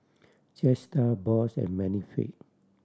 Jetstar Bosch and Benefit